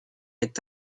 est